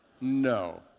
No